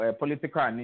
political